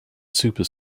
super